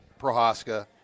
Prohaska